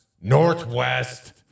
northwest